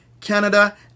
Canada